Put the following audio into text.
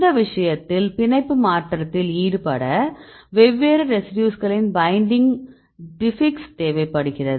இந்த விஷயத்தில் பிணைப்பு மாற்றத்தில் ஈடுபட வெவ்வேறு ரெசிடியூஸ்களின் பைண்டிங் டிபிக்ஸ் தேவைப்படுகிறது